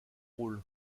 rôles